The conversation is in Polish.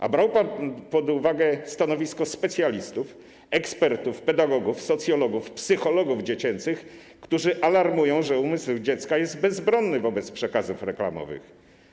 A brał pan pod uwagę stanowisko specjalistów, ekspertów, pedagogów, socjologów, psychologów dziecięcych, którzy alarmują, że umysł dziecka jest bezbronny wobec przekazów reklamowych?